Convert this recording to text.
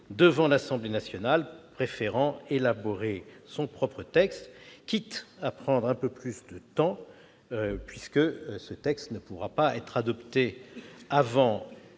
à l'Assemblée nationale, préférant élaborer son propre texte, quitte à prendre davantage de temps. En effet, ce texte ne pourra pas être adopté avant